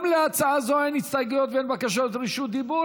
גם להצעה זו אין הסתייגויות ואין בקשות רשות דיבור.